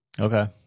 Okay